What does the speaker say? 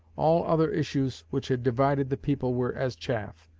all other issues which had divided the people were as chaff,